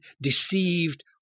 deceived